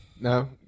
No